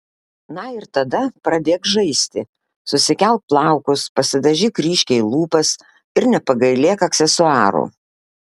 na ir tada pradėk žaisti susikelk plaukus pasidažyk ryškiai lūpas ir nepagailėk aksesuarų